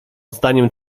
zdaniem